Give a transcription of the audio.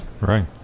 Right